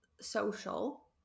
social